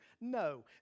No